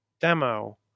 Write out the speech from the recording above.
demo